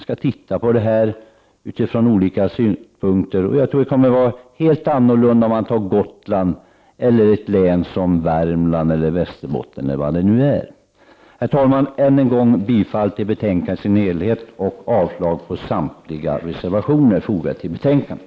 Man skall se på frågan från olika synpunkter, eftersom frågan kommer att te sig helt olika beroende på om det gäller Gotland, Värmland, Västerbotten eller något annat län. Herr talman! Jag vill än en gång yrka bifall till utskottets hemställan på samtliga punkter och avslag på samtliga reservationer fogade till betänkandet.